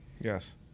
Yes